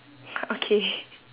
okay